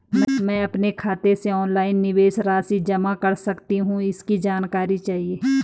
मैं अपने खाते से ऑनलाइन निवेश राशि जमा कर सकती हूँ इसकी जानकारी चाहिए?